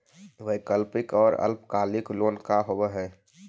वैकल्पिक और अल्पकालिक लोन का होव हइ?